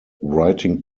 writing